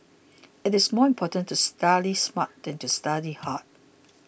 it is more important to study smart than to study hard